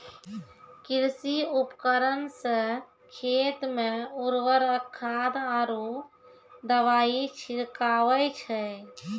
कृषि उपकरण सें खेत मे उर्वरक खाद आरु दवाई छिड़कावै छै